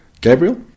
Gabriel